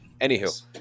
anywho